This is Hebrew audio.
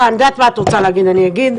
הדיון הזה הוא דיון